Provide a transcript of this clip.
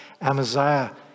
Amaziah